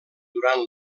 durant